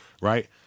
right